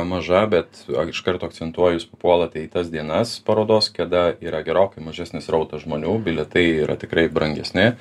maža bet iš karto akcentuoju jus papuolate į tas dienas parodos kada yra gerokai mažesnis srautas žmonių bilietai yra tikrai brangesni